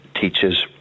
teaches